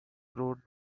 wrote